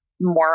more